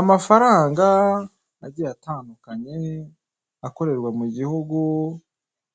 Amafaranga agiye atandukanye akorerwa mu gihugu